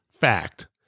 fact